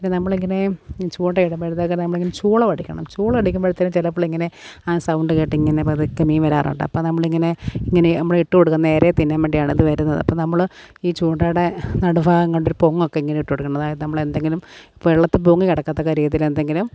പിന്നെ നമ്മളിങ്ങനെ ചൂണ്ടയിടുമ്പോഴത്തേക്കിന് നമ്മളിങ്ങനെ ചൂളമടിക്കണം ചൂളമടിക്കുമ്പോഴത്തേന് ചിലപ്പോളിങ്ങനെ ആ സൗണ്ട് കേട്ടിങ്ങനെ പതുക്കെ മീൻ വരാറുണ്ട് അപ്പം നമ്മളിങ്ങനെ ഇങ്ങനെ നമ്മളിട്ട് കൊടുക്കും നേരെ തിന്നാൻ വേണ്ടിയാണത് വരുന്നത് അപ്പം നമ്മൾ ഈ ചൂണ്ടയുടെ നടുഭാഗം കൊണ്ടൊരു പൊങ്ങൊക്കെ ഇങ്ങനെ ഇട്ട് കൊടുക്കേണ്ടതായത് നമ്മളെന്തെങ്കിലും വെള്ളത്തിൽ പൊങ്ങി കിടക്കത്തക്ക രീതിയിലെന്തെങ്കിലും